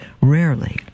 rarely